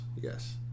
Yes